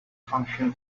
function